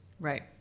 Right